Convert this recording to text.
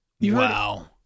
Wow